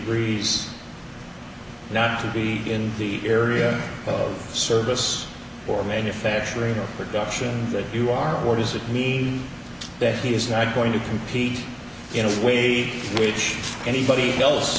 breeze not to be in the area of service or manufacturing or production that you are or does it mean that he is not going to compete in a way which anybody else